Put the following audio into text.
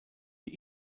die